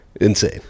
insane